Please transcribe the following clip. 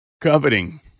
coveting